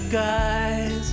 guys